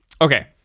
okay